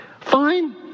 fine